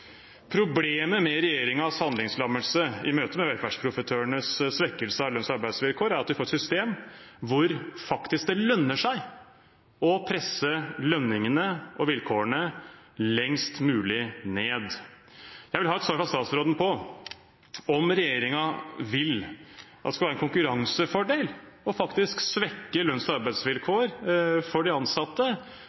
Problemet med regjeringens handlingslammelse i møte med velferdsprofitørenes svekkelse av lønns- og arbeidsvilkår er at vi får et system hvor det faktisk lønner seg å presse lønningene og vilkårene lengst mulig ned. Jeg vil ha et svar fra statsråden på om regjeringen vil at det skal være en konkurransefordel å svekke lønns- og arbeidsvilkår for de ansatte,